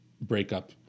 breakup